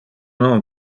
non